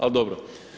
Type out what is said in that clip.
Ali dobro.